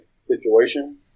situation